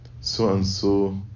so-and-so